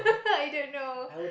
i don't know